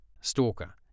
stalker